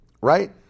right